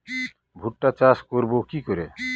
ভুট্টা চাষ করব কি করে?